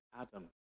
Adam